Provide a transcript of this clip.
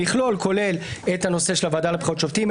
המכלול כולל את הנושא של הוועדה לבחירת שופטים,